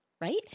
right